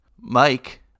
Mike